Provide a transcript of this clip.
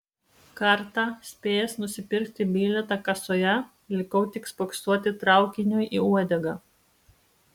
kartą spėjęs nusipirkti bilietą kasoje likau tik spoksoti traukiniui į uodegą